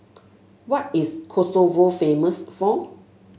what is Kosovo famous for